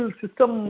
system